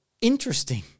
interesting